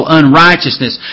unrighteousness